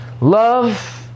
Love